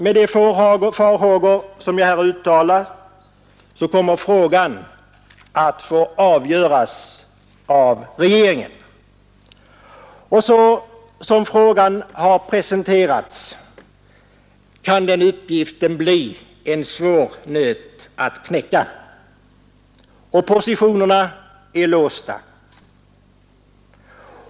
Med de farhågor som jag här uttalat kommer frågan att få avgöras av regeringen, och så som frågan har presenterats kan den uppgiften bli en svår nöt att knäcka. Positionerna är låsta.